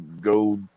go